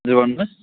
हजुर भन्नुहोस्